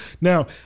Now